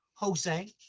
Jose